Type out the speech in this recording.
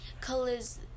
colors